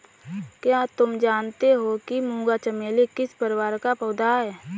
क्या तुम जानते हो कि मूंगा चमेली किस परिवार का पौधा है?